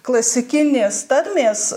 klasikinės tarmės